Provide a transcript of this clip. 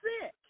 sick